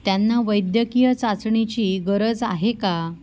त्यांना वैद्यकीय चाचणीची गरज आहे का